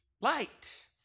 light